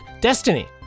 destiny